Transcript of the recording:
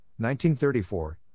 1934